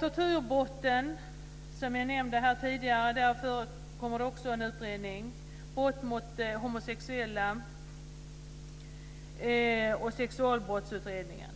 Tortyrbrotten nämndes här tidigare. Där kommer det en utredning. Det gäller också brott mot homosexuella och sexualbrottsutredningen.